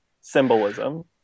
symbolism